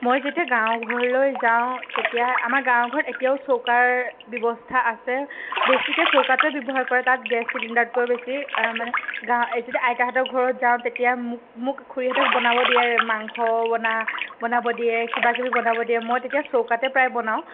মই যেতিয়া গাঁৱৰ ঘৰলৈ যাওঁ তেতিয়া আমাৰ গাঁৰৱ ঘৰত এতিয়াও চৌকাৰ ব্যৱস্থা আছে বেছিকৈ চৌকাটোৱে ব্যৱহাৰ কৰে তাত গেছ চিলিণ্ডাৰতকৈ বেছি মানে গাঁও যদি আইতাহঁতৰ ঘৰত যাওঁ তেতিয়া মোক মোক খুৰীহঁতে বনাব দিয়ে মাংস বনা বনাব দিয়ে কিবাকিবি বনাব দিয়ে মই তেতিয়া চৌকাতে প্ৰায় বনাওঁ